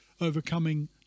overcoming